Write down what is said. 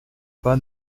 pas